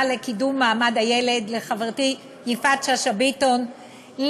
לקידום מעמד הילד יפעת שאשא ביטון,